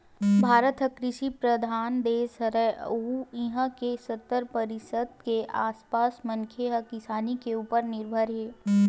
भारत ह कृषि परधान देस हरय अउ इहां के सत्तर परतिसत के आसपास मनखे ह किसानी के उप्पर निरभर हे